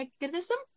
mechanism